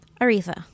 Aretha